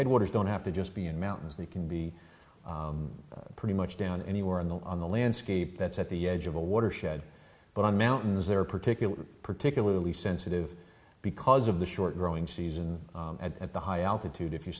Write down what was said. headwaters don't have to just be in mountains they can be pretty much down anywhere in the on the landscape that's at the edge of a watershed but on mountains there are particular particularly sensitive because of the short growing season at the high altitude if you